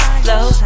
flow